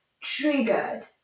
triggered